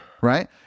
Right